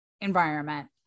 environment